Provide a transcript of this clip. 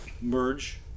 merge